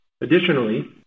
Additionally